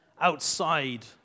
outside